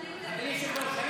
שקרנית --- אדוני היושב-ראש,